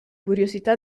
curiosità